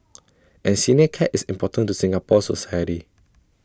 and senior care is important to Singapore society